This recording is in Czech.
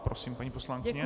Prosím, paní poslankyně.